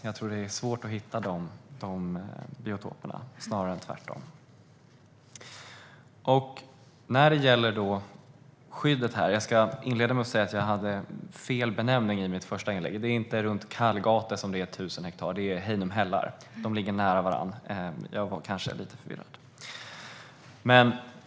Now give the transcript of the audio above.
Jag tror att det är svårt att hitta sådana biotoper, snarare tvärtom. Jag vill förresten säga att jag hade fel benämning i mitt första inlägg. Det är inte runt Kallgate som det är 1 000 hektar utan runt Hejnum hällar. De ligger nära varandra. Jag var kanske lite förvirrad förut.